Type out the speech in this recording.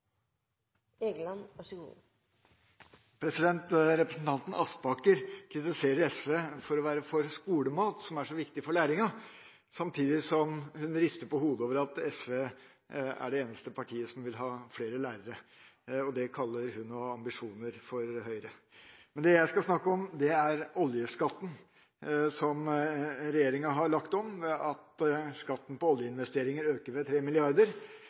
så viktig for læringa, samtidig som hun rister på hodet over at SV er det eneste partiet som vil ha flere lærere – og det kaller hun å ha ambisjoner for Høyre. Men det jeg skal snakke om, er oljeskatten, som regjeringa har lagt om, slik at skatten på oljeinvesteringer øker